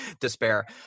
despair